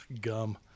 Gum